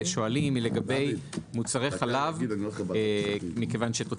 לא הכי קשור אבל בגלל שאתה ואני היינו בוועדה באתי ליידע אותך